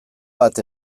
bat